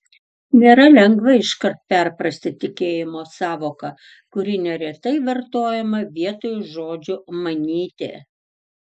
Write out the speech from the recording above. nėra lengva iškart perprasti tikėjimo sąvoką kuri neretai vartojama vietoj žodžio manyti